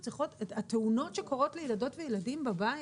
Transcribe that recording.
התאונות שקורות לילדות וילדים בבית,